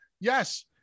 Yes